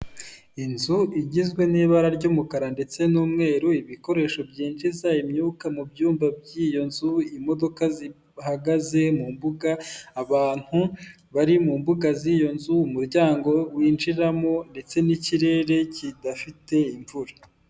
Inzu igizwe n'ibara ry'umukara ndetse n'umweru, ibikoresho byinjiza imyuka mu byumba by'iyo nzu, imodoka zihagaze mu mbuga, abantu bari mu mbuga z'iyo nzu, umuryango winjiramo ndetse n'ikirere kidafite imvura.